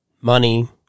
money